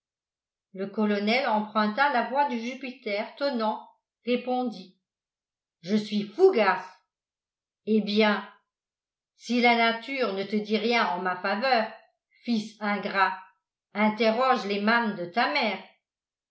le colonel emprunta la voix du jupiter tonnant répondit je suis fougas eh bien si la nature ne te dit rien en ma faveur fils ingrat interroge les mânes de ta mère